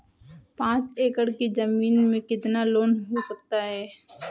पाँच एकड़ की ज़मीन में कितना लोन हो सकता है?